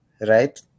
right